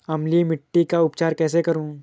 अम्लीय मिट्टी का उपचार कैसे करूँ?